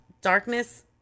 darkness